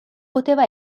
poteva